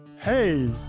Hey